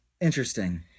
Interesting